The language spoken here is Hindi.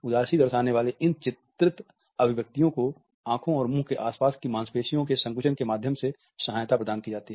उदासी दर्शाने वाली इन चित्रित अभिव्यक्तियों को आंखों और मुंह के आसपास की मांसपेशियों के संकुचन के माध्यम से सहायता प्रदान की जाती है